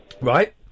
Right